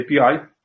API